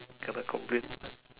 kena complain